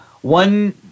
one